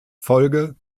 folge